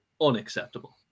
unacceptable